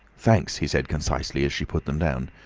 thanks, he said concisely, as she put them down,